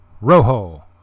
Rojo